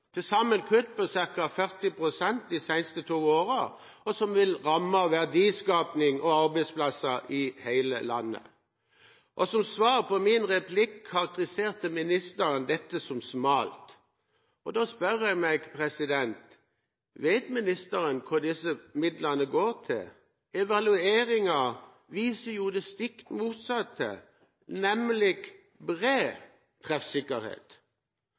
til sammen kutt på ca. 40 pst. de siste to årene, som vil ramme verdiskaping og arbeidsplasser i hele landet. Som svar på min replikk karakteriserte ministeren dette som smalt. Da spør jeg meg: Vet ministeren hva disse midlene går til? Evalueringen viser jo det stikk motsatte, nemlig bred treffsikkerhet.